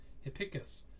Hippicus